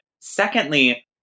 secondly